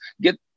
get